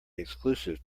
exclusive